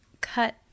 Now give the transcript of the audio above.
cut